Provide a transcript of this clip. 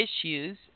issues